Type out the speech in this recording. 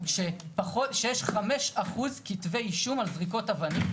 שיש 5% כתבי אישום על זריקות אבנים.